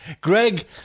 Greg